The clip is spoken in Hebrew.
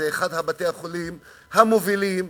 זה אחד מבתי-החולים המובילים